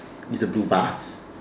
it's a blue vase